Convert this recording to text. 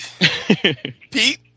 Pete